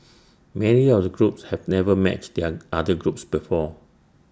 many of the groups have never met the young other groups before